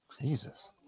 Jesus